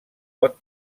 pot